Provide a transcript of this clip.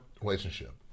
relationship